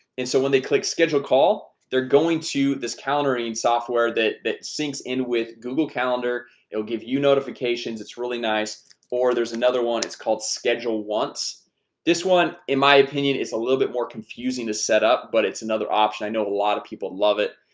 and so when they click scheduled call they're going to this calendaring software that that syncs in with google calendar it'll give you notifications. it's really nice or there's another one it's called schedule once this one in my opinion is a little bit more confusing to set up but it's another option i know a lot of people love it.